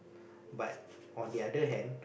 but on the other hand